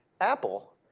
Apple